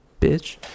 bitch